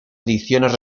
ediciones